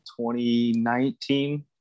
2019